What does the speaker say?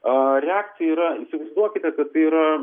a reakcija yra įsivaizduokite kad tai yra